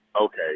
okay